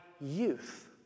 youth